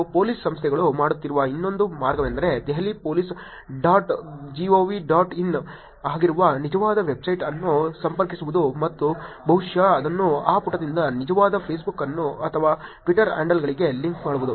ಮತ್ತು ಪೊಲೀಸ್ ಸಂಸ್ಥೆಗಳು ಮಾಡುತ್ತಿರುವ ಇನ್ನೊಂದು ಮಾರ್ಗವೆಂದರೆ Delhi police dot gov dot in ಆಗಿರುವ ನಿಜವಾದ ವೆಬ್ಸೈಟ್ ಅನ್ನು ಸಂಪರ್ಕಿಸುವುದು ಮತ್ತು ಬಹುಶಃ ಅದನ್ನು ಆ ಪುಟದಿಂದ ನಿಜವಾದ ಫೇಸ್ಬುಕ್ ಅಥವಾ ಟ್ವಿಟರ್ ಹ್ಯಾಂಡಲ್ಗೆ ಲಿಂಕ್ ಮಾಡುವುದು